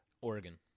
Oregon